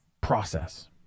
process